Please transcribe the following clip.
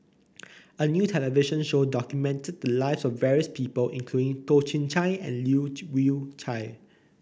a new television show documented the lives of various people include Toh Chin Chye and Leu Yew Chye